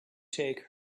take